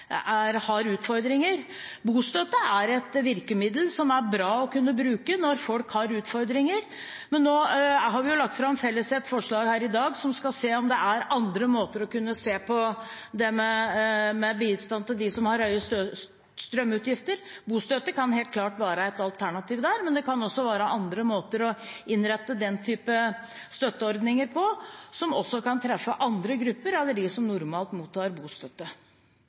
et virkemiddel som er bra å kunne bruke når folk har utfordringer, men nå har vi felles lagt fram et forslag her i dag om å se om det er andre måter for å kunne se på det med bistand til dem som har høye strømutgifter. Bostøtte kan helt klart være et alternativ der, men det kan også være andre måter å innrette den typen støtteordninger på, som også kan treffe andre grupper enn dem som normalt mottar bostøtte.